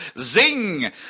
Zing